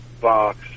box